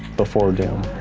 before doom.